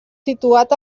situat